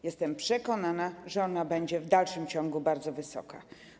Jestem przekonana, że będzie ona w dalszym ciągu bardzo wysoka.